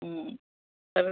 हं कारण